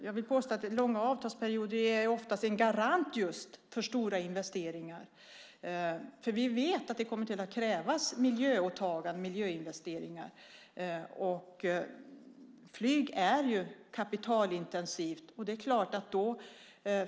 Jag vill påstå att långa avtalsperioder oftast är en garant just för stora investeringar. Vi vet att det kommer att krävas miljöåtaganden, miljöinvesteringar, och flyg är ju kapitalintensivt.